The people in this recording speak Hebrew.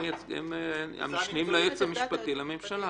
עמדת היועץ המשפטי לממשלה: